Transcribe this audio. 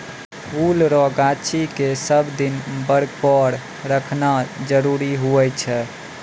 फुल रो गाछी के सब दिन बरकोर रखनाय जरूरी हुवै छै